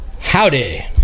howdy